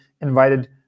invited